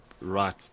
right